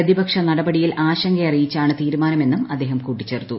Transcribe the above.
പ്രതിപ്ക്ഷ നടപടിയിൽ ആശങ്ക അറിയിച്ചാണ് തീരുമാനമെന്നുംഅദ്ദേഹം കൂട്ടിച്ചേർത്തു